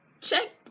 check